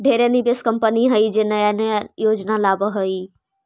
ढेरे निवेश कंपनी हइ जे नया नया योजना लावऽ हइ